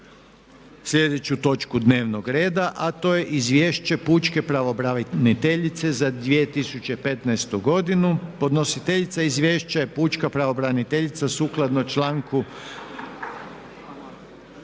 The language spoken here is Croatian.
jednu točku, a to je Izvješće pučke pravobraniteljice za 2015.godinu. Podnositeljica izvješća je pučka pravobraniteljica. Rasprava